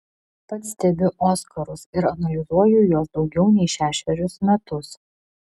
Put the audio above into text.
pats stebiu oskarus ir analizuoju juos daugiau nei šešerius metus